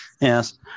Yes